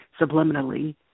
subliminally